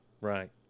Right